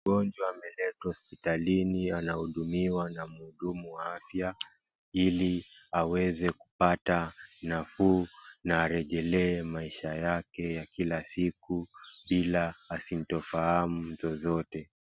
Mgonjwa ameletwa hospitalini anahudumiwa na mhudumu wa afya ili aweze kupata nafuu na arejelee maisha yake ya kila siku ila asintofahamu zozote.